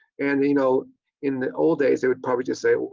and you know in the old days, they would probably just say,